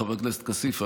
חבר הכנסת כסיף,